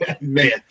Man